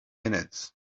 minutes